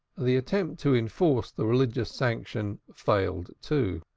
the attempt to enforce the religious sanction failed too.